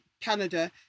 Canada